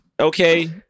Okay